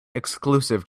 exclusive